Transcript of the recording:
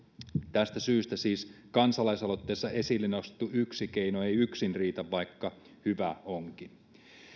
tästä syystä siis kansalaisaloitteessa esille nostettu yksi keino ei yksin riitä vaikka hyvä onkin